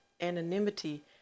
anonymity